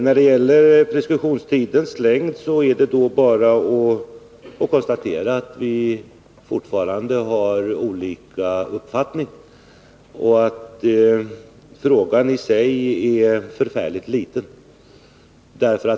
När det gäller preskriptionstidens längd är det bara att konstatera att vi fortfarande har olika uppfattningar — och att frågan i sig är mycket liten.